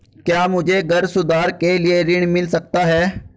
क्या मुझे घर सुधार के लिए ऋण मिल सकता है?